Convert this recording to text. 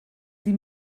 sie